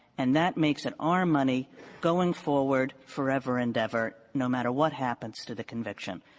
and that makes it our money going forward forever and ever, no matter what happens to the conviction.